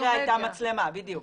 בדיוק.